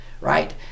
right